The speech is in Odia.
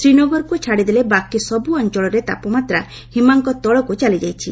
ଶ୍ରୀନଗରକୁ ଛାଡ଼ିଦେଲେ ବାକି ସବୁ ଅଞ୍ଚଳରେ ତାପମାତ୍ରା ହିମାଙ୍କ ତଳକୁ ଚାଲି ଯାଇଛି